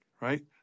right